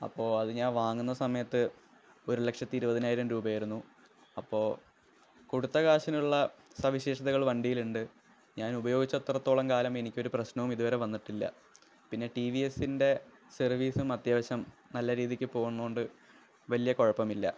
അപ്പോള് അത് ഞാന് വാങ്ങുന്ന സമയത്ത് ഒരു ലക്ഷത്തി ഇരുപതിനായിരം രൂപയായിരുന്നു അപ്പോള് കൊടുത്ത കാശിനുള്ള സവിശേഷതകള് വണ്ടിയിലുണ്ട് ഞാനുപയോഗിച്ചത്രത്തോളം കാലം എനിക്ക് ഒരു പ്രശ്നവും ഇതുവരെ വന്നിട്ടില്ല പിന്നെ ടി വി എസിന്റെ സര്വീസും അത്യാവശ്യം നല്ല രീതിക്ക് പോകുന്നതുകൊണ്ട് വലിയ കുഴപ്പമില്ല